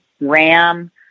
Ram